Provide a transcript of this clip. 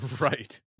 Right